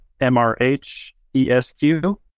M-R-H-E-S-Q